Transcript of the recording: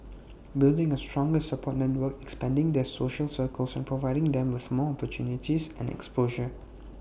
building A stronger support network expanding their social circles and providing them with more opportunities and exposure